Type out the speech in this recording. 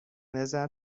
نظرم